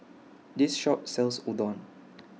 This Shop sells Udon